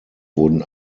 wurden